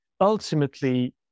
ultimately